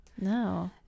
No